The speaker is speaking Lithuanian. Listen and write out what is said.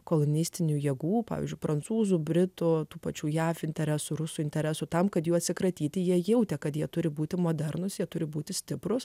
komunistinių jėgų pavyzdžiui prancūzų britų tų pačių jav interesų rusų interesų tam kad jų atsikratyti jie jautė kad jie turi būti modernūs jie turi būti stiprus